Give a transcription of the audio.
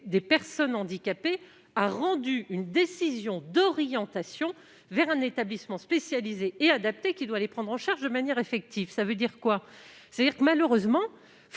des personnes handicapées a rendu une décision d'orientation vers un établissement spécialisé et adapté, qui doit les prendre en charge de manière effective ». Malheureusement,